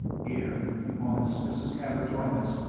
here, in a few moments, mrs. camber joined us,